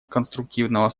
конструктивного